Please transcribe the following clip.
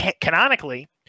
canonically